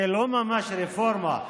זה לא ממש רפורמה,